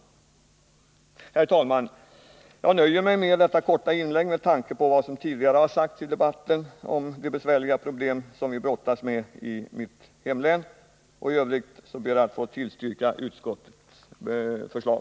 Herr talman! Jag nöjer mig med detta korta inlägg, med tanke på vad som tidigare har sagts i debatten om de besvärliga problem som vi brottas med i mitt hemlän. I övrigt ber jag att få tillstyrka utskottets förslag.